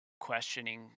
questioning